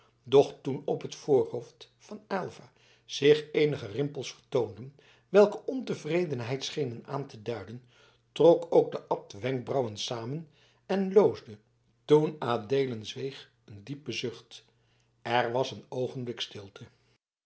doch toen op het voorhoofd van aylva zich eenige rimpels vertoonden welke ontevredenheid schenen aan te duiden trok ook de abt de wenkbrauwen samen en loosde toen adeelen zweeg een diepen zucht er was een oogenblik stilte